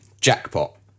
jackpot